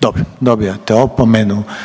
**Reiner, Željko